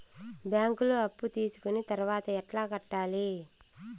బ్యాంకులో అప్పు తీసుకొని తర్వాత ఎట్లా కట్టాలి?